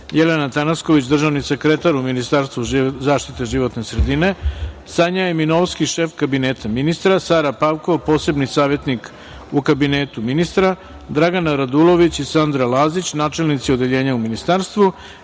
Jelena Tanasković, državni sekretar u Ministarstvu zaštite životne sredine, Sanja Eminovski, šef Kabineta ministra, Sara Pavkov, posebni savetnik u Kabinetu ministra, Dragana Radulović i Sandra Lazić, načelnici odeljenja u Ministarstvu